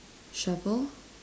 shovel